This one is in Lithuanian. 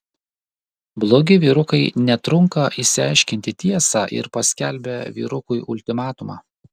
blogi vyrukai netrunka išsiaiškinti tiesą ir paskelbia vyrukui ultimatumą